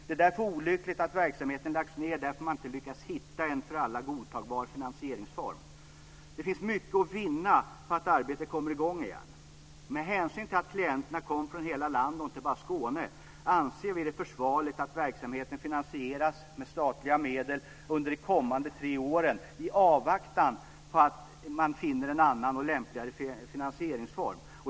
Det är därför olyckligt att verksamheten lagts ned därför att man inte lyckats hitta en för alla godtagbar finansieringsform. Det finns mycket att vinna på att arbetet kommer i gång igen. Med hänsyn till att klienterna kom från hela landet och inte bara från Skåne anser vi det försvarligt att verksamheten finansieras med statliga medel under de kommande tre åren, i avvaktan på att man finner en annan och lämpligare finansieringsform.